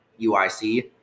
UIC